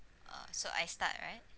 ah so I start right